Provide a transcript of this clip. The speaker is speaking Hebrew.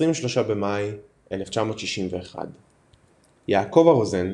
23 במאי 1961 יעקב הרוזן,